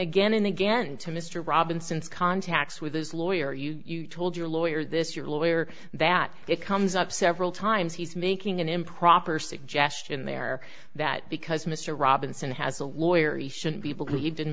again and again to mr robinson's contacts with his lawyer you told your lawyer this your lawyer that it comes up several times he's making an improper suggestion there that because mr robinson has a lawyer he should be believed in